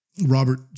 Robert